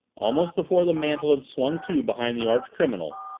almost before the mantel had swung to behind the archcriminal,